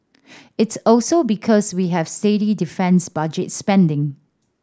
it's also because we have steady defence budget spending